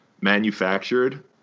manufactured